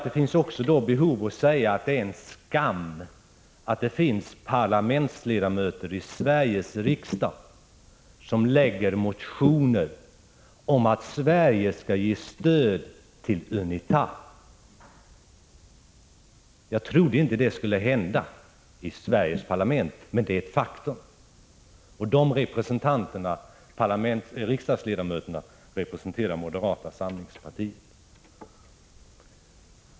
Det finns ett behov av att säga att det är en skam att det finns parlamentsledamöter i Sveriges riksdag som väcker motioner om att Sverige skall ge stöd till UNITA. Jag trodde inte att detta skulle hända i Sveriges parlament, men det är ett faktum. Dessa riksdagsledamöter representerar moderata samlingspartiet.